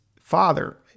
father